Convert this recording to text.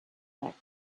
back